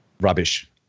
rubbish